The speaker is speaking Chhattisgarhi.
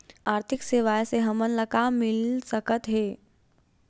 आर्थिक सेवाएं से हमन ला का मिल सकत हे?